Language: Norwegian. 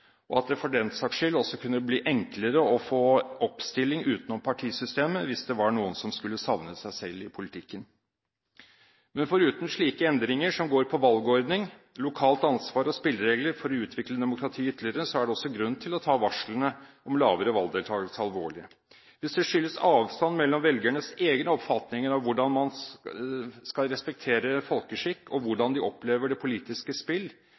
og at det for den saks skyld også kunne bli enklere å få oppstilling utenom partisystemet hvis det var noen som skulle savne seg selv i politikken. Foruten slike endringer som går på valgordning, lokalt ansvar og spilleregler for å utvikle demokratiet ytterligere, er det også grunn til å ta varslene om lavere valgdeltagelse alvorlig. Hvis det skyldes avstand mellom velgernes egne oppfatninger av hvordan man skal respektere folkeskikk, og hvordan de opplever det politiske spill,